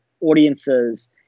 audiences